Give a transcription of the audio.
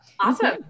Awesome